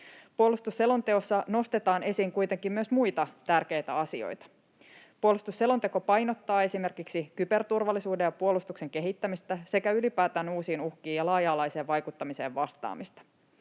Puolustusselonteossa nostetaan esiin kuitenkin myös muita tärkeitä asioita. Puolustusselonteko painottaa esimerkiksi kyberturvallisuuden ja puolustuksen kehittämistä sekä ylipäätään uusiin uhkiin ja laaja-alaiseen vaikuttamiseen vastaamista.